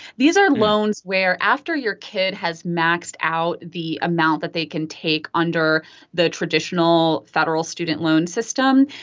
these are loans where, after your kid has maxed out the amount that they can take under the traditional federal student loan system,